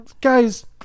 guys